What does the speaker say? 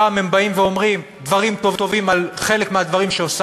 פעם הם באים ואומרים דברים טובים על חלק מהדברים שעושה